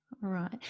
right